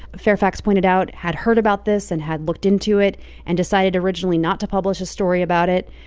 fairfax pointed out, had heard about this and had looked into it and decided originally not to publish a story about it.